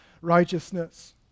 righteousness